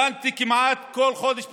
דנתי כמעט כל חודש,